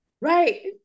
Right